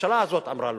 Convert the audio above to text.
הממשלה הזאת אמרה לא.